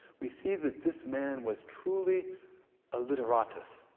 we see that this man was truly a literatus,